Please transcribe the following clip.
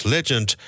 Legend